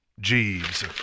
Jeeves